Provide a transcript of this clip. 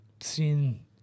seen